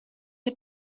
you